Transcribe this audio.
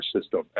system